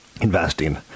investing